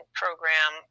program